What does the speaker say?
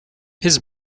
his